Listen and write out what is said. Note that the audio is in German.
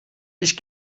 ich